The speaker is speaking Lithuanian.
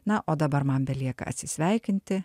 na o dabar man belieka atsisveikinti